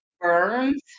burns